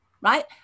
right